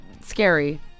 scary